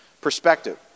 perspective